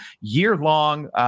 year-long